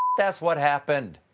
that's what happened.